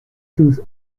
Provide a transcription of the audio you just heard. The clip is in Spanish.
sus